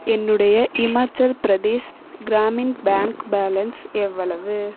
என்னுடைய Himachal Pradesh Gramin bank balance எவ்வளவு